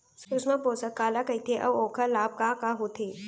सुषमा पोसक काला कइथे अऊ ओखर लाभ का का होथे?